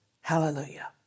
Hallelujah